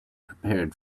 prepared